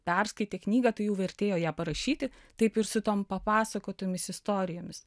perskaitė knygą tai jau vertėjo ją parašyti taip ir su tom papasakotomis istorijomis